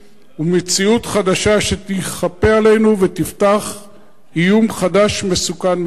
ומציאות חדשה שתיכפה עלינו ותפתח איום חדש ומסוכן מדרום.